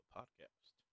Podcast